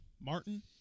Martin